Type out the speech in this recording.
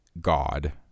God